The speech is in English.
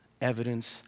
Evidence